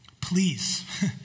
Please